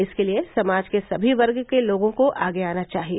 इसके लिए समाज के सभी वर्गो के लोगों को आगे आना चाहिए